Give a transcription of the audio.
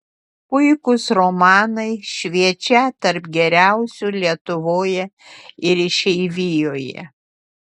puikūs romanai šviečią tarp geriausių lietuvoje ir išeivijoje